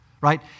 right